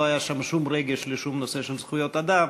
היה שום רגש לשום נושא של זכויות אדם,